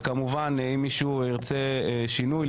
כמובן שאם מישהו ירצה שינוי,